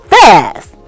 fast